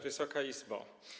Wysoka Izbo!